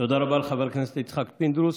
תודה רבה לחבר הכנסת יצחק פינדרוס.